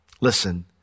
Listen